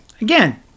again